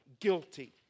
guilty